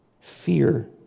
fear